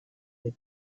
the